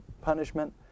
punishment